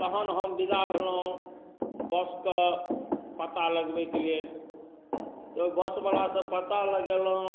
तहन हम विदा भेलहुँ बस कऽ पता लगबै के लेल तऽ बस बलासँ पता लगेलहुँ